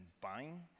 buying